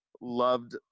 loved